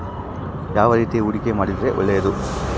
ಯಾವ ರೇತಿ ಹೂಡಿಕೆ ಮಾಡಿದ್ರೆ ಒಳ್ಳೆಯದು?